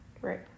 right